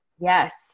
Yes